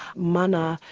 mana,